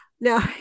Now